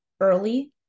early